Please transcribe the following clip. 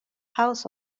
house